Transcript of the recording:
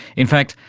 in fact,